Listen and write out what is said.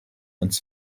ans